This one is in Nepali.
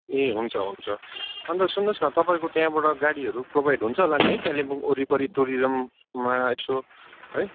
ए हुन्छ हुन्छ अन्त सुन्नुहोस् न तपाईँको त्यहाँबाट गाडीहरू प्रोभाइड हुन्छ होला नि है कालिम्पोङ वरिपरि टुरिजममा यसो है